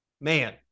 man